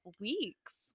weeks